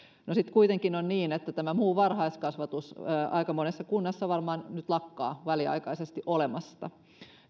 no sitten kuitenkin on niin että tämä muu varhaiskasvatus aika monessa kunnassa varmaan nyt lakkaa väliaikaisesti olemasta